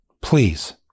Please